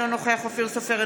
אינו נוכח אופיר סופר,